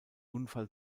unfall